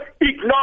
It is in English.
ignore